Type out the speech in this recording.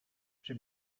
czy